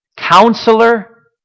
Counselor